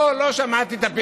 לא, לא שמעתי את הפעילות.